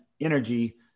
energy